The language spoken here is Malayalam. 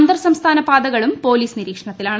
അന്തർസംസ്ഥാന പാതക്കളും പോലീസ് നിരീക്ഷണത്തിലാണ്